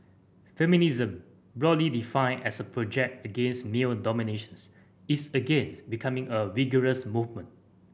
feminism broadly defined as a project against male dominations is again becoming a vigorous movement